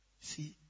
See